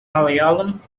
malayalam